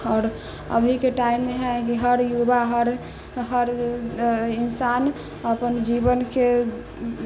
आओर अभी के टाइममे है की हर युवा हर हर इंसान अपन जीवन के